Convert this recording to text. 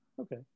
Okay